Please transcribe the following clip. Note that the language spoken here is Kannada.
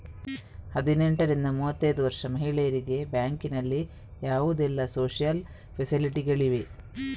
ಹದಿನೆಂಟರಿಂದ ಮೂವತ್ತೈದು ವರ್ಷ ಮಹಿಳೆಯರಿಗೆ ಬ್ಯಾಂಕಿನಲ್ಲಿ ಯಾವುದೆಲ್ಲ ಸೋಶಿಯಲ್ ಫೆಸಿಲಿಟಿ ಗಳಿವೆ?